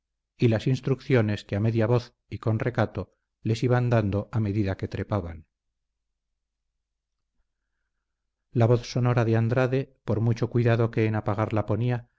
y las instrucciones que a media voz y con recato les iban dando a medida que trepaban la voz sonora de andrade por mucho cuidado que en apagarla ponía